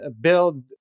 build